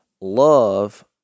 love